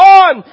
on